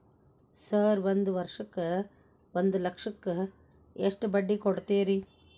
Sir ಒಂದು ವರ್ಷಕ್ಕ ಒಂದು ಲಕ್ಷಕ್ಕ ಎಷ್ಟು ಬಡ್ಡಿ ಕೊಡ್ತೇರಿ?